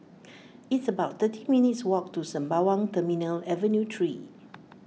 it's about thirty minutes' walk to Sembawang Terminal Avenue three